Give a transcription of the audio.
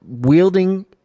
wielding